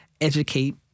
educate